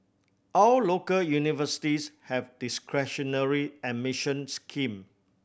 all local universities have discretionary admission scheme